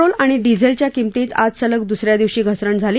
petrol आणि डिझेलच्या किमतीत आज सलग दुसऱ्या दिवशी घसरण झाली